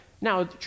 Now